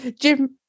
Jim